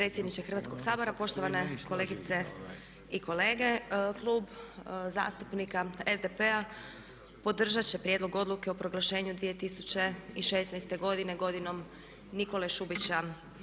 Hrvatskoga sabora, poštovane kolegice i kolege. Klub zastupnika SDP-a podržati će Prijedlog odluke o proglašenju 2016. godine godinom Nikole Šubića